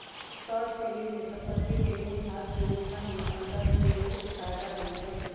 short selling में संपत्ति के मूल्यह्रास से उत्पन्न में अंतर सेहेय फयदा होइ छइ